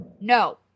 No